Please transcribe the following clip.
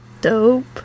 Dope